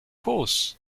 course